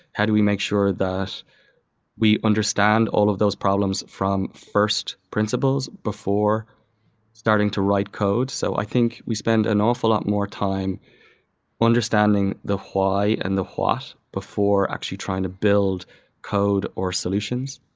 how do we make sure that we understand all of those problems from first principles, before starting to write code? so i think we spend an awful lot more time understanding the why and the what, before actually trying to build code or solutions.